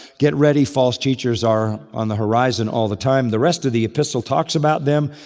get ready, false teachers are on the horizon all the time. the rest of the epistle talks about them,